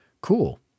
Cool